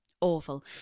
Awful